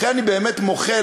לכן אני באמת מוחה,